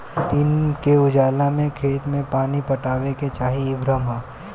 दिन के उजाला में खेत में पानी पटावे के चाही इ भ्रम ह